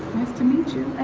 nice to meet you,